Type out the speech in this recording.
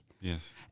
Yes